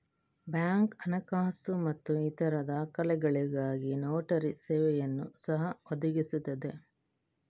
bank ಹಣಕಾಸು ಮತ್ತು ಇತರ ದಾಖಲೆಗಳಿಗಾಗಿ ನೋಟರಿ ಸೇವೆಯನ್ನು ಸಹ ಒದಗಿಸುತ್ತದೆ